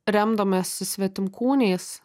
remdamiesi svetimkūniais